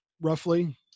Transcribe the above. roughly